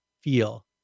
feel